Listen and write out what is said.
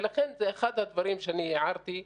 ולכן זה אחד הדברים שאני הערתי,